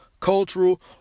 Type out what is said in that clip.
cultural